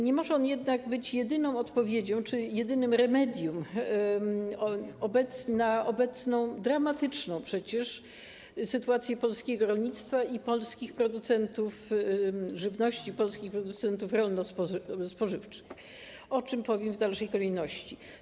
Nie może on jednak być jedyną odpowiedzią czy jedynym remedium na obecną, dramatyczną przecież sytuację polskiego rolnictwa i polskich producentów żywności, polskich producentów rolno-spożywczych, o czym powiem w dalszej kolejności.